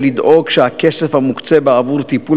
ועלינו לדאוג שהכסף המוקצה בעבור טיפול